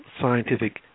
scientific